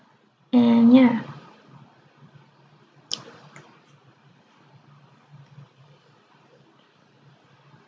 and ya